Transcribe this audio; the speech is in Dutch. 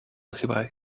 gebruik